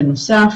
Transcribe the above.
בנוסף,